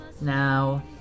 Now